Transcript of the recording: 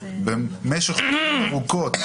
משך שנים ארוכות,